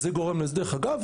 דרך אגב,